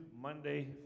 Monday